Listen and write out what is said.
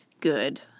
good